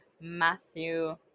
Matthew